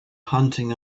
hunting